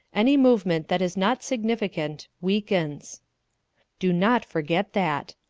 any movement that is not significant, weakens do not forget that.